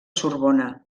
sorbona